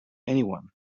anyone